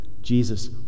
Jesus